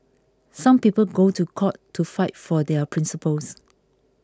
some people go to court to fight for their principles